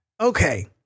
Okay